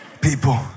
people